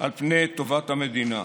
על פני טובת המדינה.